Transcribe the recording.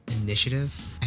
initiative